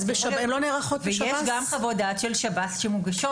יש גם חוות דעת של שירות בתי הסוהר שמוגשות.